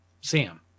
Sam